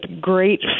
great